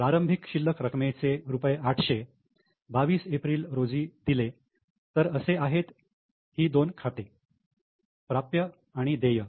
प्रारंभिक शिल्लक रकमेचे रुपये 800 22 एप्रिल रोजी दिले तर असे आहेत ही दोन खाते प्राप्य आणि देय